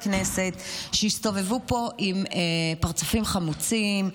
כנסת שיסתובבו פה עם פרצופים חמוצים,